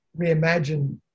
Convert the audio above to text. reimagine